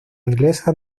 inglesa